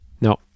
no